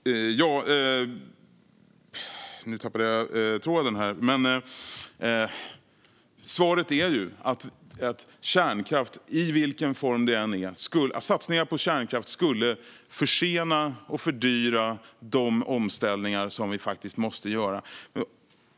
Sanningen är att satsningar på kärnkraft, i vilken form det än är, skulle försena och fördyra de omställningar som vi faktiskt måste göra.